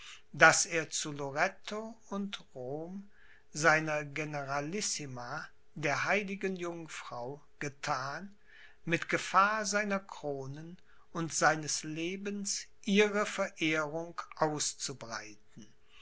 das er zu loretto und rom seiner generalissima der heiligen jungfrau gethan mit gefahr seiner kronen und seines lebens ihre verehrung auszubreiten